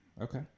Okay